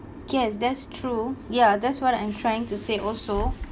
yes that's true ya that's what I'm trying to say also